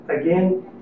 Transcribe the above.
again